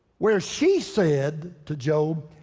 where she said to job,